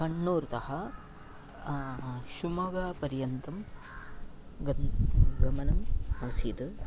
कण्णूर्तः शिमोग पर्यन्तं गन् गमनम् आसीत्